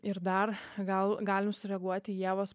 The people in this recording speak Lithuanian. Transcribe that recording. ir dar gal galim sureaguoti į ievos